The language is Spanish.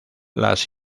las